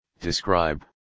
describe